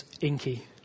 inky